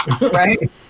Right